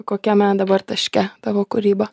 kokiame dabar taške tavo kūryba